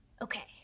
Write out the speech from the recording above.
Okay